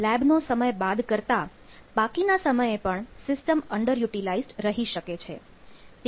લેબનો સમય બાદ કરતા બાકીના સમયે પણ સિસ્ટમ અંડર યુટીલાઇઝ્ડ રહી શકે છે